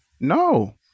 no